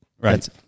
Right